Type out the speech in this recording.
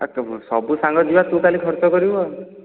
ଆଉ ତ ସବୁ ସାଙ୍ଗ ଯିବା ତୁ କାଲି ଖର୍ଚ୍ଚ କରିବୁ ଆଉ